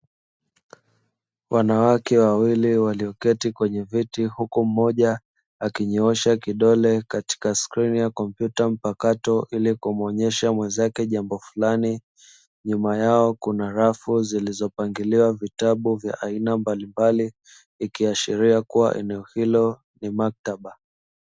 Wanawake wawili walioketi kwenye viti huko mmoja akinyoosha kidole katika screen yakompyuta mpakato ili kumuonyesha mwenzake jambo fulani nyuma yao kuna rafu zilizopangiliwa vitabu vya aina mbalimbali ikiashiria kuwa eneo hilo ni maktaba